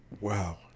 Wow